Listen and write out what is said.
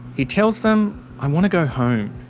he tells them i want to go home.